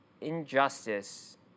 injustice